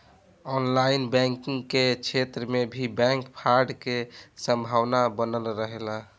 online banking के क्षेत्र में भी बैंक फ्रॉड के संभावना बनल रहेला